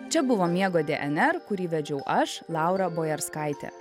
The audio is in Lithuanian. čia buvo miego dnr kurį vedžiau aš laura bojerskaitė